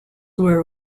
were